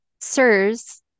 SIRS